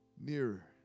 Nearer